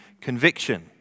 conviction